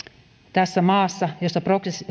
tässä maassa jossa